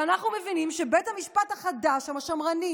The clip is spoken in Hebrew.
ואנחנו מבינים שבית המשפט החדש שם, השמרנים,